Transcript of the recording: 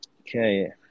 Okay